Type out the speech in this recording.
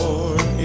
Lord